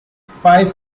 five